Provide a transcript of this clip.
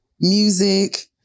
music